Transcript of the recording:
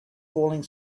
falling